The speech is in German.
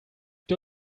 ihr